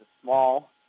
small